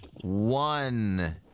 One